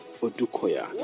Odukoya